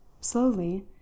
slowly